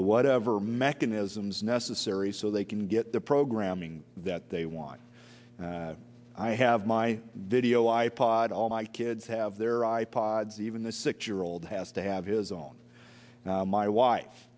to whatever mechanisms necessary so they can get the programming that they want i have my video i pod all my kids have their i pods even the six year old has to have his own my wife